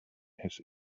his